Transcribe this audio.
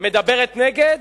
מדברת נגד,